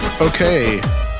Okay